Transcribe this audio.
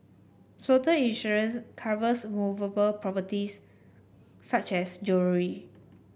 floater insurance covers movable properties such as jewellery